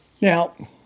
Now